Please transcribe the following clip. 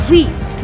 Please